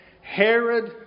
Herod